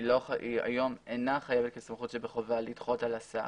היום היא אינה חייבת בסמכות שבחובה לדחות על הסף.